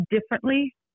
differently